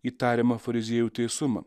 į tariamą fariziejų teisumą